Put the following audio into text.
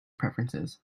preferences